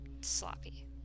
sloppy